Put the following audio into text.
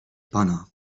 pana